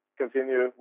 continue